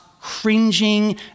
cringing